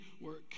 work